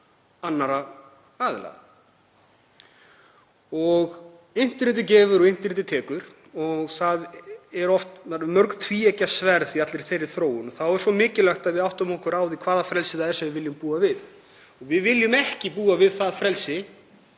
annarra aðila. Internetið gefur og internetið tekur og það eru mörg tvíeggjuð sverð í allri þeirri þróun. Þá er mikilvægt að við áttum okkur á því hvaða frelsi það er sem við viljum búa við. Við viljum ekki búa við það frelsi